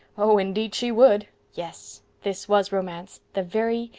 oh, indeed she would! yes, this was romance, the very,